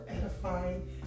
edifying